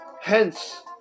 Hence